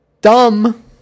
dumb